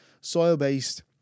soil-based